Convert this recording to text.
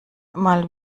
mal